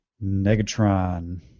Negatron